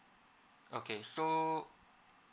okay so